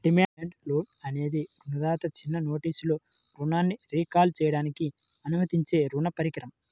demand loan అనేది రుణదాత చిన్న నోటీసులో రుణాన్ని రీకాల్ చేయడానికి అనుమతించే రుణ పరికరం